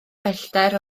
pellter